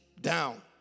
down